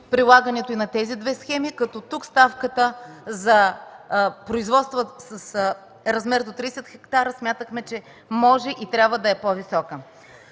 прилагането и на тези две схеми, като тук ставката за производства с размер до 30 хектара смятахме, че може и трябва да е по-висока.